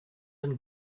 and